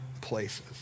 places